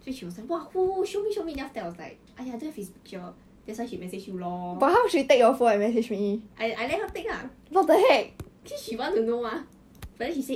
看爽 please what if 有机会你不要 meh 你当然要的 what !ee! why not